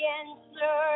answer